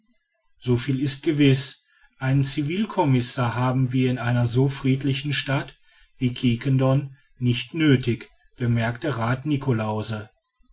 so viel ist gewiß einen civilcommissar haben wir in einer so friedlichen stadt wie quiquendone nicht nöthig bemerkte rath niklausse